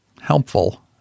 helpful